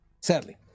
Sadly